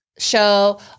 show